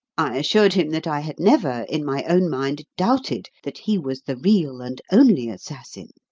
i assured him that i had never, in my own mind, doubted that he was the real and only assassin,